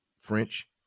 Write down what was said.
French